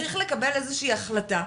צריך לקבל איזושהי החלטה,